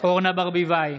אורנה ברביבאי,